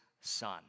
son